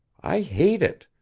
i hate it.